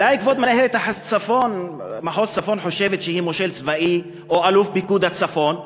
אולי כבוד מנהלת מחוז צפון חושבת שהיא מושל צבאי או אלוף פיקוד הצפון.